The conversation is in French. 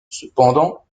cependant